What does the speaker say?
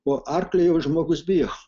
o arklio jau žmogus bijo